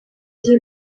ati